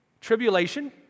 tribulation